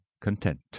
content